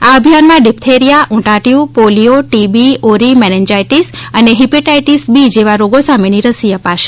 આ અભિયાનમાં ડિપ્યેરિયા ઉટાંટીયુ પોલીયો ટીબી ઓરી મેનેનજાઇટીસ અને હિપેટાઇટીટ બી જેવા રોગો સામેની રસી અપાશે